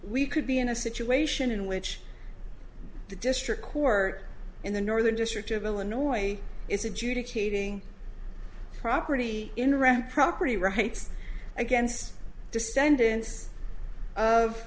we could be in a situation in which the district court in the northern district of illinois is adjudicating property in rent property rights against descendants of